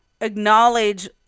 acknowledge